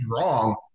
wrong